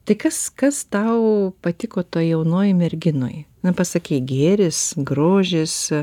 tai kas kas tau patiko toj jaunoj merginoj na pasakyk gėris grožis